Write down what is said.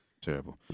terrible